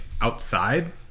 outside